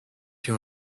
your